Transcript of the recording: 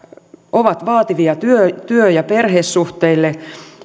ovat vaativia työ ja perhesuhteille